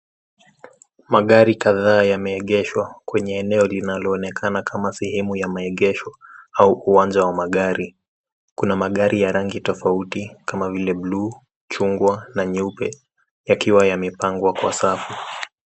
Magari kadhaa yameegeshwa kwenye eneo linaloonekana kama sehemu ya maegesho au uwanja wa magari. Kuna magari ya rangi tofauti kama vile bluu, chungwa na nyeupe yakiwa yamepangwa kwa safu.